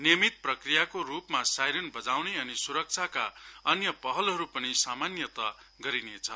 नियमित प्रक्रियाको रूपमा साइरन बजाउने अनि सुरक्षाका अन्य पहलहरूपनि सामान्यत गरिनेछ